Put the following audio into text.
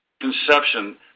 conception